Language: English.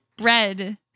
Red